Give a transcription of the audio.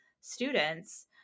Students